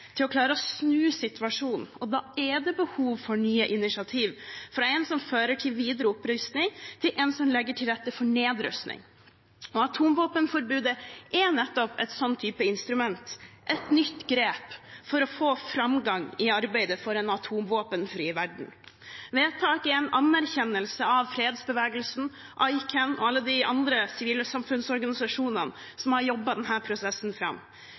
til å klare å snu situasjonen. Da er det behov for nye initiativ – fra en som fører til videre opprustning, til en som legger til rette for nedrustning. Atomvåpenforbudet er nettopp en slik type instrument, et nytt grep for å få framgang i arbeidet for en atomvåpenfri verden. Vedtaket er en anerkjennelse av fredsbevegelsen, ICAN og alle de andre sivile samfunnsorganisasjonene som har jobbet denne prosessen fram.